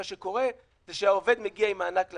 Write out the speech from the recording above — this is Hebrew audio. מה שקורה הוא שהעובד מגיע עם מענק למעסיק,